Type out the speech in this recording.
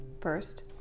First